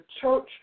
church